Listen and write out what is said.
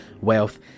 wealth